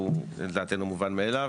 שהוא לדעתנו מובן מאליו.